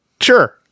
sure